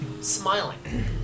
smiling